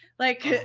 like,